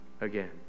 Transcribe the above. again